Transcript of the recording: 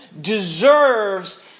deserves